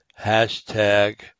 hashtag